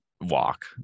walk